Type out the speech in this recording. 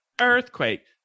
earthquake